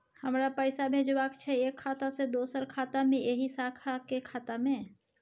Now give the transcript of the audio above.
हमरा पैसा भेजबाक छै एक खाता से दोसर खाता मे एहि शाखा के खाता मे?